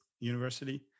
University